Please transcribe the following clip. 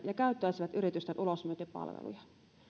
ja käyttäisivät yritysten ulosmyyntipalveluja